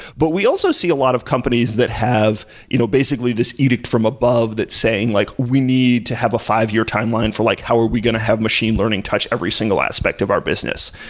but we also see a lot of companies that have you know basically this edict from above that's saying like, we need to have a five-year timeline for like how are we going to have machine learning touch every single aspect of our business,